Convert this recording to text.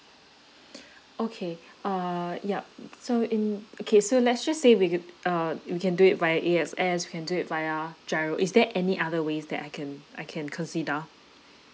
okay uh yup so in okay so let's just say we uh we can do it via A_X_S can do it via GIRO is there any other ways that I can I can consider